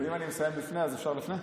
אני מסיים לפני, אפשר לפני?